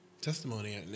testimony